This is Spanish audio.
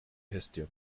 gestión